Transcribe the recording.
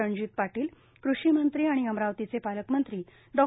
रणजीत पार्टील कृशीमंत्री आणि अमरावतीचे पालकमंत्री डॉ